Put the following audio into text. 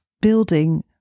building